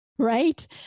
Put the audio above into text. Right